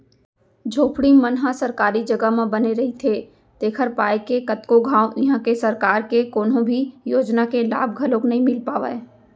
झोपड़ी मन ह सरकारी जघा म बने रहिथे तेखर पाय के कतको घांव इहां के सरकार के कोनो भी योजना के लाभ घलोक नइ मिल पावय